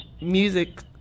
music